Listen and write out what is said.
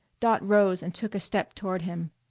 dot rose and took a step toward him.